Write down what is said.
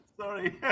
Sorry